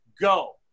Go